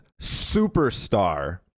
superstar